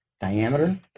diameter